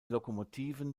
lokomotiven